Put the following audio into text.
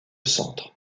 centres